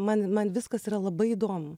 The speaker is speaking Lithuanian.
man man viskas yra labai įdomu